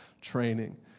training